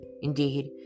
Indeed